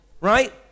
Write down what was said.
Right